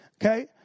Okay